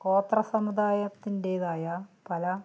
ഗോത്ര സമുദായത്തിൻ്റേതായ പല